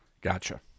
Gotcha